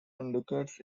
indicates